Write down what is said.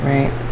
Right